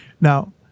Now